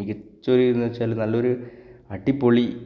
മികച്ച ഒരിതെന്നുവെച്ചാൽ നല്ലൊരു അടിപൊളി